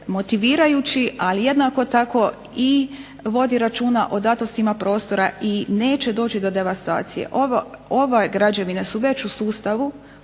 motivirajući, ali jednako tako i vodi računa o datostima prostora i neće doći do devastacije. Ove građevine su već u sustavu,